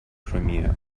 premier